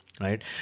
right